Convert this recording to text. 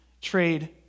trade